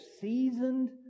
seasoned